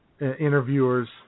interviewers